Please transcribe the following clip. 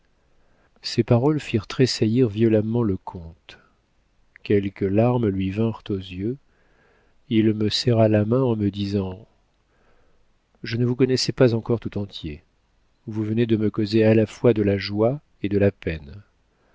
ces paroles firent tressaillir violemment le comte quelques larmes lui vinrent aux yeux il me serra la main en me disant je ne vous connaissais pas encore tout entier vous venez de me causer à la fois de la joie et de la peine